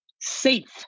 safe